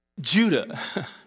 Judah